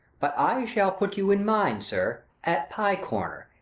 but i shall put you in mind, sir at pie-corner,